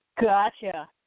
Gotcha